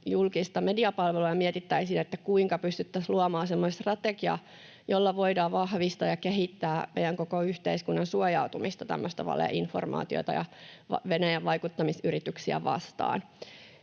julkista mediapalvelua, mietittäisiin, kuinka pystyttäisiin luomaan semmoinen strategia, jolla voidaan vahvistaa ja kehittää meidän koko yhteiskunnan suojautumista tämmöistä valeinformaatiota ja Venäjän vaikuttamisyrityksiä vastaan.